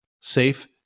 safe